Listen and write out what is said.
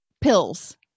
pills